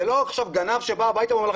זה לא עכשיו גנב שבא הביתה ואומר,